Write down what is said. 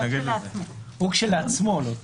הוא כשלעצמו.